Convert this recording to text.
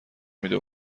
میده